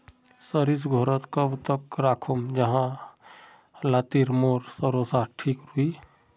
सरिस घोरोत कब तक राखुम जाहा लात्तिर मोर सरोसा ठिक रुई?